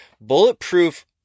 Bulletproof